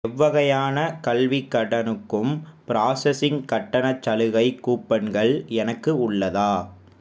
எவ்வகையான கல்வி கடனுக்கும் பிராசஸிங் கட்டணச் சலுகை கூப்பன்கள் எனக்கு உள்ளதா